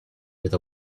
with